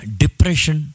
depression